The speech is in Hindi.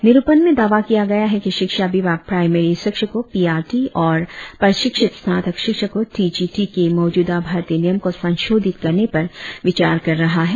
निरुपण में दावा किया गया है कि शिक्षा विभाग प्राईमेरी शिक्षकों पी आर टी और प्रशिक्षित स्नातक शिक्षकों टी जी टी के मौजूदा भर्ती नियम को संशोधित करने पर विचार कर रहा है